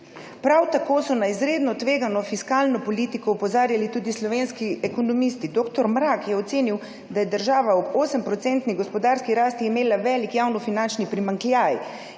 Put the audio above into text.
Prav tako so na izredno tvegano fiskalno politiko opozarjali tudi slovenski ekonomisti. Dr. Mrak je ocenil, da je država ob 8-odstotni gospodarski rasti imela velik javnofinančni primanjkljaj